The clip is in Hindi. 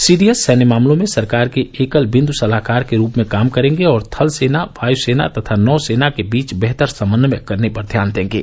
सीडीएस सैन्य मामलों में सरकार के एकल बिंद् सलाहकार के रूप में काम करेंगे और थलसेना वायसेना तथा नौसेना के बीच बेहतर समन्वय करने पर ध्यान देंगे